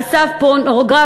על סף פורנוגרפי,